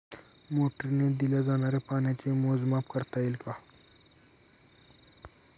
मोटरीने दिल्या जाणाऱ्या पाण्याचे मोजमाप करता येईल का?